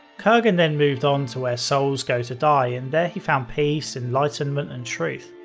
kerghan then moved on to where souls go to die and he found peace, enlightenment, and truth.